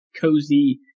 cozy